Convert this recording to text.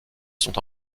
sont